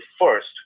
first